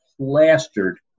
plastered